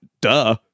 duh